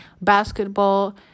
basketball